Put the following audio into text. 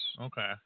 Okay